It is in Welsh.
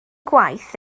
gwaith